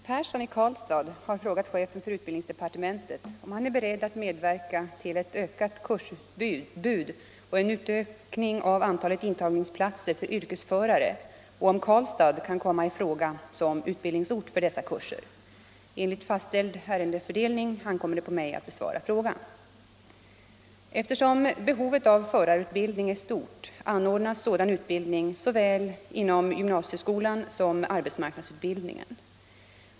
Herr talman! Herr Persson i Karlstad har frågat chefen för utbildningsdepartementet om han är beredd att medverka till ett ökat kursutbud och en utökning av antalet intagningsplatser för yrkesförare och om Karlstad kan komma i fråga som utbildningsort för dessa kurser. Enligt fastställd ärendefördelning ankommer det på mig att besvara frågan. Eftersom behovet av förarutbildning är stort anordnas sådan utbildning inom såväl gymnasieskolan som arbetsmarknadsutbildningen.